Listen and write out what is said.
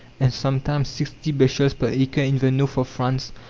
and sometimes sixty bushels per acre in the north of france.